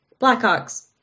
Blackhawks